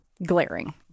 glaring